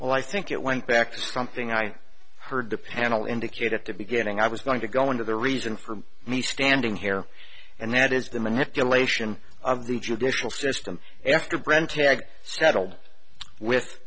well i think it went back to something i heard the panel indicate at the beginning i was going to go into the reason for me standing here and that is the manipulation of the judicial system after brant tag settled with